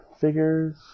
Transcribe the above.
figures